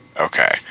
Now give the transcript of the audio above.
Okay